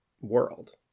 world